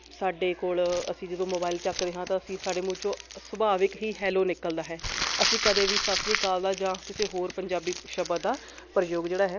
ਸਾਡੇ ਕੋਲ ਅਸੀਂ ਜਦੋਂ ਮੋਬਾਇਲ ਚੱਕਦੇ ਹਾਂ ਤਾਂ ਅਸੀਂ ਸਾਡੇ ਮੂੰਹ 'ਚੋਂ ਸੁਭਾਵਿਕ ਹੀ ਹੈਲੋ ਨਿਕਲਦਾ ਹੈ ਅਸੀਂ ਕਦੇ ਵੀ ਸਤਿ ਸ਼੍ਰੀ ਅਕਾਲ ਦਾ ਜਾਂ ਕਿਸੇ ਹੋਰ ਪੰਜਾਬੀ ਸ਼ਬਦ ਦਾ ਪ੍ਰਯੋਗ ਜਿਹੜਾ ਹੈ ਉਹ ਨਹੀਂ ਕੀਤਾ